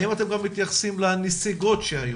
האם אתם מתייחסים גם לנסיגות שהיו,